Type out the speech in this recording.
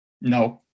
No